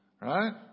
right